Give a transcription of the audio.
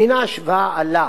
מן ההשוואה עלה